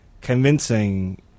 convincing